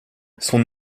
son